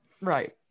right